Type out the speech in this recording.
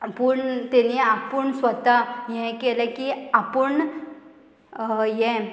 पूण तेणी आपूण स्वता हें केलें की आपूण हें